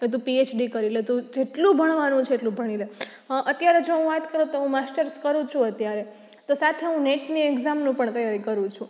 કે તું પીએચડી કરી લે તું જેટલું ભણવાનું છે એટલું ભણી લે અત્યારે જો હું વાત કરું તો હું માસ્ટર્સ કરું છું અત્યારે તો સાથે હું નેટની એક્ઝામનું પણ તૈયારી કરું છું